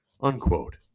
Unquote